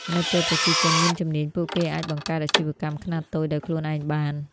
នៅពេលប្រជាជនមានជំនាញ ពួកគេអាចបង្កើតអាជីវកម្មខ្នាតតូចដោយខ្លួនឯងបាន។